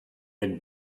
had